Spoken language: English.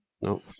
no